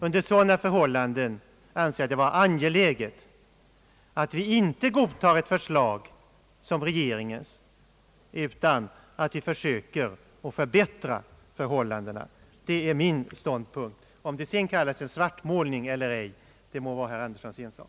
Under sådana förhållanden anser jag att det är angeläget att vi inte godtar det förslag som nu föreligger, utan att vi försöker förbättra förhållandena. Det är min ståndpunkt. Om den sedan kallas svartmålning eller ej av herr Andersson, må vara hans ensak.